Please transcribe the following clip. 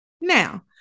Now